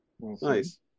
Nice